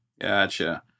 Gotcha